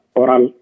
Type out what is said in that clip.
oral